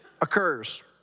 occurs